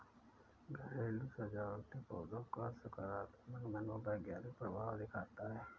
घरेलू सजावटी पौधों का सकारात्मक मनोवैज्ञानिक प्रभाव दिखता है